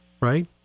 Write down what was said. right